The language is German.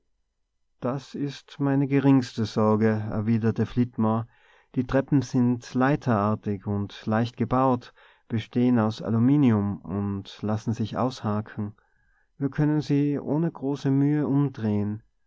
das ist meine geringste sorge erwiderte flitmore die treppen sind leiterartig und leicht gebaut bestehen aus aluminium und lassen sich aushaken wir können sie ohne große mühe umdrehen